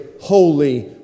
holy